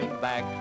back